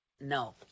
No